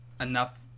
enough